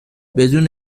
بدون